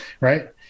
right